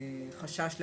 בהם חשש להפרות.